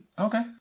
Okay